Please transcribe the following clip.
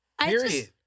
Period